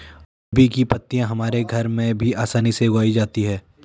अरबी की पत्तियां हमारे घरों में भी आसानी से उगाई जाती हैं